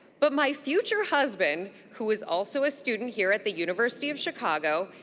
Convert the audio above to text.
but my future husband, who was also a student here at the university of chicago,